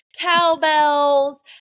cowbells